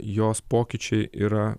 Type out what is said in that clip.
jos pokyčiai yra